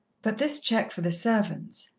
but this cheque for the servants.